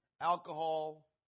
Alcohol